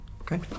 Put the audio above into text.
Okay